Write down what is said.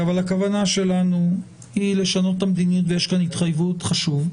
הכוונה שלנו היא לשנות את המדיניות ויש כאן התחייבות זה חשוב.